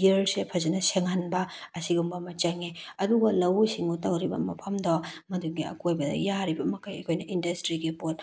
ꯏꯌꯔꯁꯦ ꯐꯖꯅ ꯁꯦꯡꯍꯟꯕ ꯑꯁꯤꯒꯨꯝꯕ ꯑꯃ ꯆꯪꯉꯦ ꯑꯗꯨꯒ ꯂꯧꯎ ꯁꯤꯡꯎ ꯇꯧꯔꯤꯕ ꯃꯐꯝꯗꯣ ꯃꯗꯨꯒꯤ ꯑꯀꯣꯏꯕꯗ ꯌꯥꯔꯤꯕ ꯃꯈꯩ ꯑꯩꯈꯣꯏꯅ ꯏꯟꯗꯁꯇ꯭ꯔꯤꯒꯤ ꯄꯣꯠ